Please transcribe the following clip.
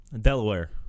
Delaware